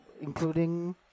including